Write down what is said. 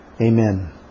Amen